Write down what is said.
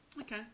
Okay